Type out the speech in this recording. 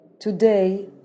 Today